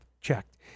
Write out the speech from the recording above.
checked